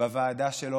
בוועדה שלו,